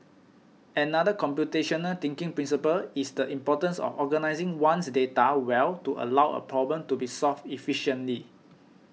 another computational thinking principle is the importance of organising one's data well to allow a problem to be solved efficiently